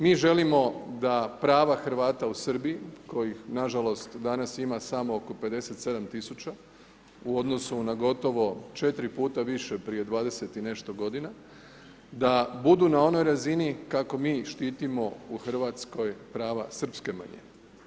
Mi želimo da prava Hrvata u Srbiji kojih nažalost danas ima samo oko 57 tisuća u odnosu na gotovo 4X više prije 20 i nešto godina, da budu na onoj razini kako mi štitimo u Hrvatskoj prava srpske manjine.